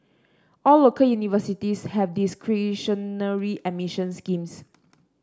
all local universities have discretionary admission schemes